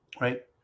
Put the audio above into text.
right